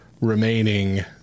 remaining